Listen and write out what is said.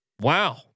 Wow